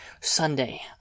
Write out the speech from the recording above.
Sunday